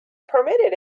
permitted